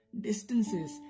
Distances